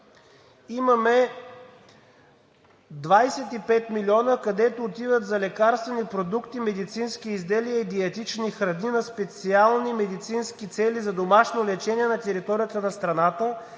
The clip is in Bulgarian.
имаме 25 милиона, където отиват за лекарствени продукти, медицински изделия и диетични храни на специални медицински цели за домашно лечение на територията на страната;